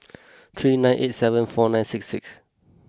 three nine eight seven four nine six six